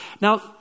Now